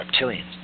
reptilians